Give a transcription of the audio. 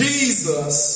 Jesus